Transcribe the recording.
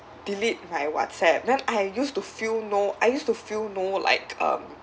delete my WhatsApp then I used to feel no I used to feel no like um